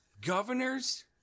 governor's